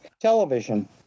television